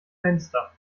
fenster